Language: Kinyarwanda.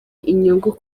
inyungu